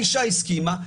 האישה הסכימה,